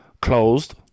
closed